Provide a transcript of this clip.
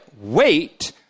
wait